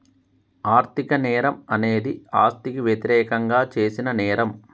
ఆర్థిక నేరం అనేది ఆస్తికి వ్యతిరేకంగా చేసిన నేరం